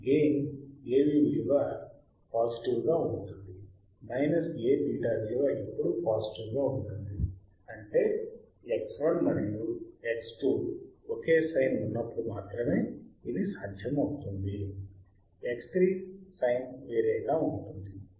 gain AV విలువ గా positive గా ఉంటుంది A𝛃 ఎప్పుడు పాజిటివ్ గా ఉంటుంది అంటే X1 మరియు X2 ఒకే సైన్ సంకేతము ఉన్నప్పుడు మాత్రమే X3 సైన్ వేరేగా ఉంటుంది